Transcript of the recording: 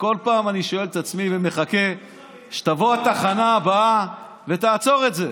וכל פעם אני שואל את עצמי ומחכה שתבוא התחנה הבאה ותעצור את זה.